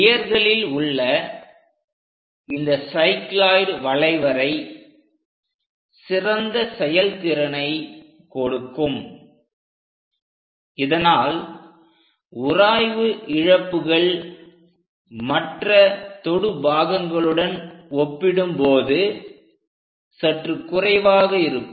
கியர்களில் உள்ள இந்த சைக்ளோயிட் வளைவரை சிறந்த செயல்திறனைக் கொடுக்கும் இதனால் உராய்வு இழப்புகள் மற்ற தொடு பாகங்களுடன் ஒப்பிடும் போது சற்று குறைவாக இருக்கும்